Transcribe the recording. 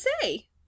say